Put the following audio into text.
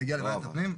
הגיע לוועדת הפנים.